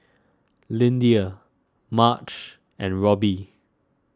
Lyndia Marge and Robby